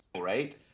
right